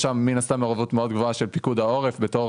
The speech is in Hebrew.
יש שם מעורבות מאוד גבוהה של פיקוד העורף בתור